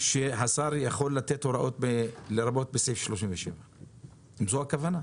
שהשר יכול לתת הוראות לרבות בסעיף 37. זו הכוונה?